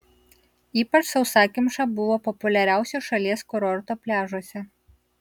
ypač sausakimša buvo populiariausio šalies kurorto pliažuose